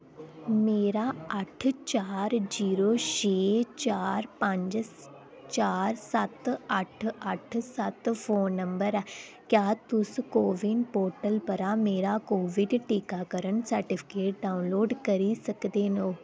मेरा अट्ठ चार जीरो छे चार पंज चार सत्त अट्ठ अट्ठ सत्त फोन नंबर ऐ क्या तुस को विन पोर्टल परा मेरा कोविड टीकाकरण सर्टिफिकेट डाउनलोड करी सकदे ओ